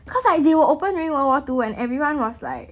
because like they were open during world war two and everyone was like